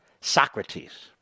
Socrates